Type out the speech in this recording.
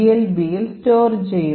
GLB യിൽ store ചെയ്യും